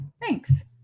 thanks